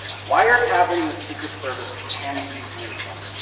wiretapping the secret service can be easy and fun.